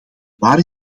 waar